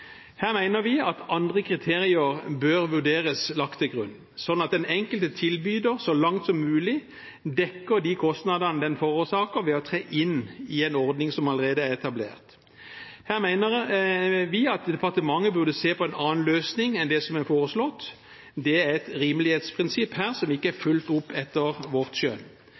Her mener vi at andre kriterier bør vurderes lagt til grunn, slik at den enkelte tilbyder så langt som mulig dekker de kostnadene den forårsaker ved å tre inn i en ordning som allerede er etablert. Her mener vi at departementet burde se på en annen løsning enn den som er foreslått. Det er et rimelighetsprinsipp som ikke er fulgt opp, etter vårt